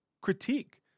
critique